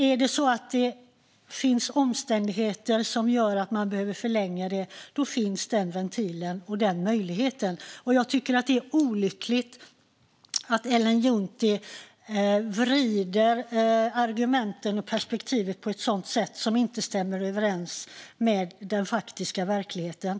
Om det finns omständigheter som gör att tiden måste förlängas finns den möjligheten. Jag tycker att det är olyckligt att Ellen Juntti vrider argumenten och perspektivet på ett sätt som inte stämmer överens med verkligheten.